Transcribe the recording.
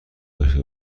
داشته